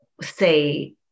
say